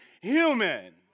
human